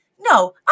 No